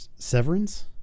severance